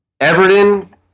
Everton